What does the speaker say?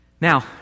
Now